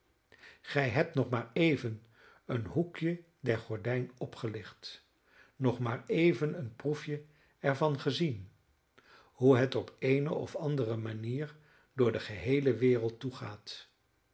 gij hebt nog maar even een hoekje der gordijn opgelicht nog maar even een proefje er van gezien hoe het op eene of andere manier door de geheele wereld toegaat